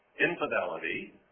infidelity